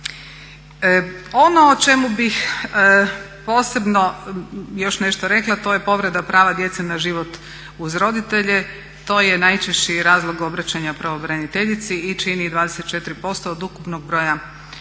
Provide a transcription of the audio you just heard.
Ono o čemu bih posebno još nešto rekla, to je povreda prava djece na život uz roditelje. To je najčešći razlog obraćanja pravobraniteljici i čini 24% od ukupnog broja prijava.